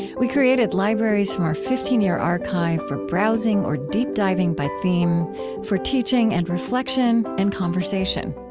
we created libraries from our fifteen year archive for browsing or deep diving by theme for teaching and reflection and conversation.